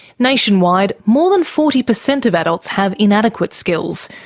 nationwide, more than forty percent of adults have inadequate skills,